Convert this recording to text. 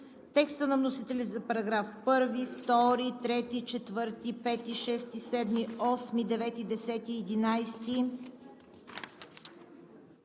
текста на вносителя за параграфи 1, 2, 3, 4, 5, 6, 7, 8, 9, 10, 11,